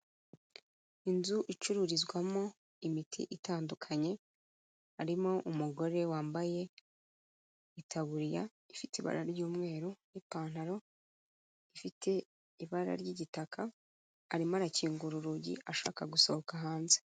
Inzu icururizwamo imiti itandukanye, harimo umugore wambaye itaburiya ifite ibara ry'umweru n'ipantaro ifite ibara ry'igitaka, arimo arakingura urugi ashaka gusohoka hanze.